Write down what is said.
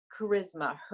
charisma